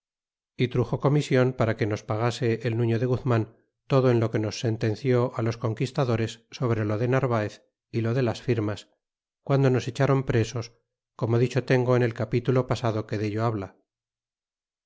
y truxo comision para que nos pagase el nuño de guzman todo en lo que nos sentenció á los conquistadores sobre lo de narvaez y lo de las firmas guando nos echron presos como dicho tengo en el capilulo pasado que dello habla